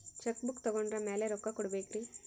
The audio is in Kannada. ಚೆಕ್ ಬುಕ್ ತೊಗೊಂಡ್ರ ಮ್ಯಾಲೆ ರೊಕ್ಕ ಕೊಡಬೇಕರಿ?